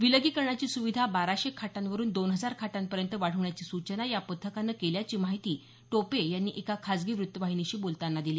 विलगीकरणाची सुविधा बाराशे खाटांवरून दोन हजार खाटांपर्यंत वाढवण्याची सूचना या पथकानं केल्याची माहिती टोपे यांनी एका खासगी वृत्तवाहिनीशी बोलताना दिली